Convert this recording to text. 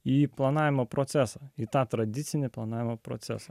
į planavimo procesą į tą tradicinį planavimo procesą